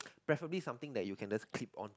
preferably something that you can just clip on to